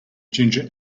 ginger